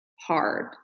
hard